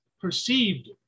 perceived